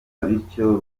bityo